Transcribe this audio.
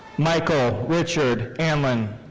michael richard anglin